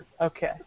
Okay